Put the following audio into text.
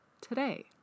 today